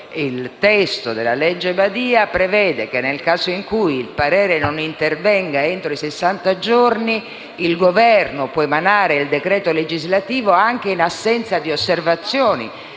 il testo della legge Madia prevede che, nel caso in cui il parere non intervenga entro sessanta giorni, il Governo può emanare il decreto legislativo anche in assenza di osservazioni